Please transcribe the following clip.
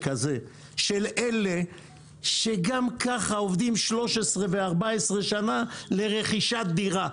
הזה של אלה שגם ככה עובדים 13 ו-14 שנה לרכישת דירה.